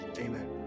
Amen